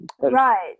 Right